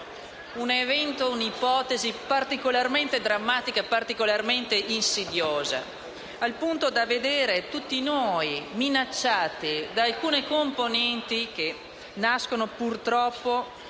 come di un'ipotesi particolarmente drammatica ed insidiosa, al punto da vedere tutti noi minacciati da alcune componenti, che nascono purtroppo